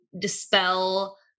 dispel